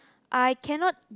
I cannot